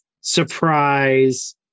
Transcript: surprise